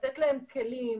לתת להם כלים,